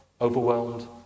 overwhelmed